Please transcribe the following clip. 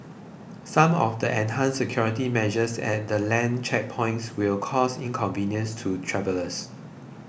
some of the enhanced security measures at the land checkpoints will cause inconvenience to travellers